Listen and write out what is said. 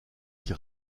qui